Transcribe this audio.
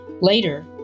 Later